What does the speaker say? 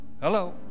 Hello